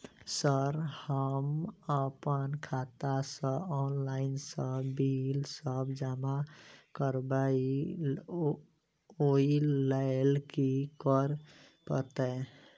Sir हम अप्पन खाता सऽ ऑनलाइन सऽ बिल सब जमा करबैई ओई लैल की करऽ परतै?